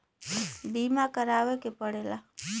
बीमा करावे के पड़ेला